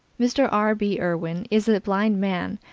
mr. r. b. irwin, is a blind man,